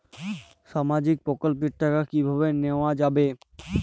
সামাজিক প্রকল্পের টাকা কিভাবে নেওয়া যাবে?